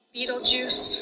Beetlejuice